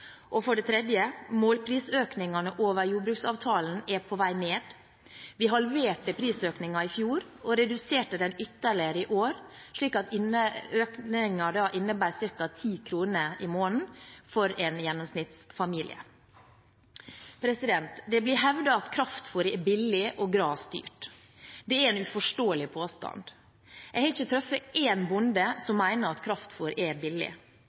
Målprisøkningene over jordbruksavtalen er på vei ned. Vi halverte prisøkningen i fjor og reduserte den ytterligere i år, slik at økningen innebærer ca. 10 kr. i måneden for en gjennomsnittsfamilie. Det blir hevdet at kraftfôr er billig og gras dyrt. Det er en uforståelig påstand. Jeg har ikke truffet én bonde som mener at kraftfôr er billig.